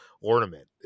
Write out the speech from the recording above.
ornament